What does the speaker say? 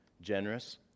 generous